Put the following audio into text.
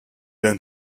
dein